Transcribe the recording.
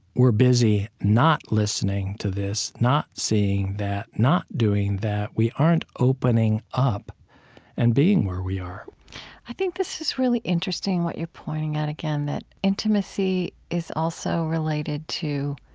we're busy not listening to this, not seeing that, not doing that. we aren't opening up and being where we are i think this is really interesting, what you're pointing at again, that intimacy is also related to